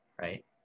right